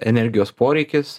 energijos poreikis